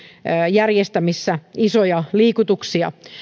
järjestämisessä isoja liikutuksia